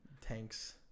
Tanks